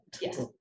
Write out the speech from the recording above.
yes